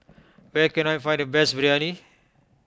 where can I find the best Biryani